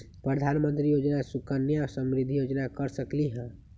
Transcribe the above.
प्रधानमंत्री योजना सुकन्या समृद्धि योजना कर सकलीहल?